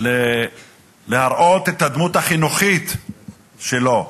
להראות את הדמות החינוכית שלו.